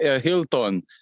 Hilton